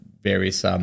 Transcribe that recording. various